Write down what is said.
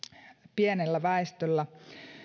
pienellä väestöllä